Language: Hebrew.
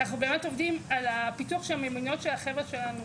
באמת עובדים על הפיתוח של המיומנויות של החבר'ה שלנו,